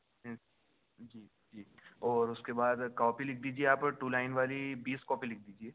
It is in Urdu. ہوں جی جی اور اس کے بعد کاپی لکھ دیجیے آپ ٹو لائن والی بیس کاپی لکھ دیجیے